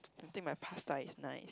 I think my pasta is nice